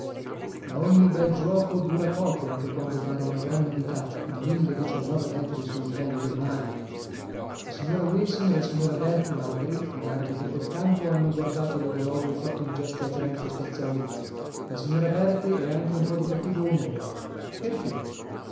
ma ogni bel giuoco dura poco anche quando pare una gran novità a mille diciannove metri sul livello del mare la signora wilson e la signora berti madri ed arbitro del campo hanno guardato l'orologio e fatto un gesto a terenzio spazzòli la signora berti è anche un po di cattivo umore perchè